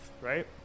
right